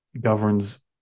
governs